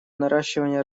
наращивания